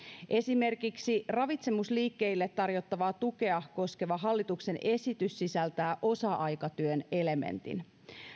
esimerkiksi ravitsemusliikkeille tarjottavaa tukea koskeva hallituksen esitys sisältää osa aikatyön elementin